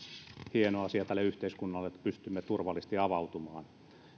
hieno asia tälle yhteiskunnalle että pystymme turvallisesti avautumaan